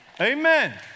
Amen